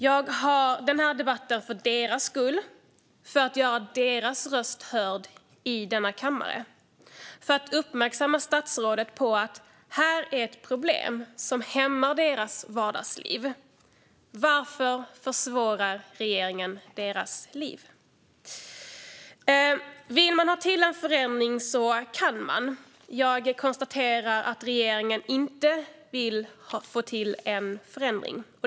Jag ville ha denna debatt för deras skull och för att göra deras röster hörda här i kammaren. Jag ville uppmärksamma statsrådet på att vi här har ett problem som hämmar deras vardagsliv. Varför försvårar regeringen deras liv? Vill man få till en förändring så kan man. Jag konstaterar att regeringen inte vill få till en förändring.